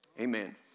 Amen